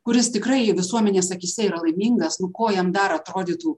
kuris tikrai visuomenės akyse yra laimingas nuo ko jam dar atrodytų